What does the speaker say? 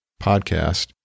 Podcast